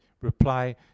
reply